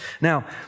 Now